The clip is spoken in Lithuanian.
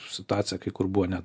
situacija kai kur buvo net